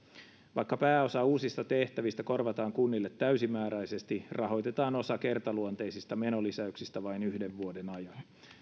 vaikka pääosa uusista tehtävistä korvataan kunnille täysimääräisesti rahoitetaan osa kertaluonteisista menolisäyksistä vain yhden vuoden ajan